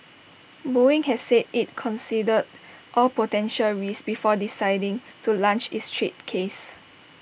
boeing has said IT considered all potential risks before deciding to launch its trade case